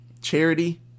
charity